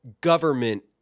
government